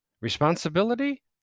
Responsibility